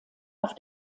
auf